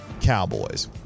Cowboys